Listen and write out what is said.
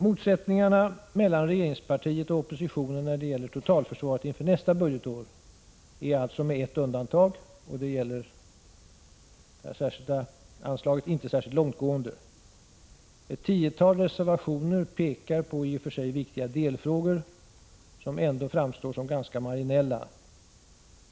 Motsättningarna mellan regeringspartiet och oppositionen när det gäller totalförsvaret inför nästa budgetår är alltså med ett undantag, och det gäller det särskilda anslaget, inte särskilt långtgående. Ett tiotal reservationer pekar på i och för sig viktiga delfrågor som ändå framstår som ganska marginella.